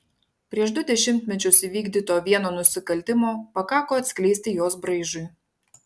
prieš du dešimtmečius įvykdyto vieno nusikaltimo pakako atskleisti jos braižui